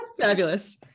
Fabulous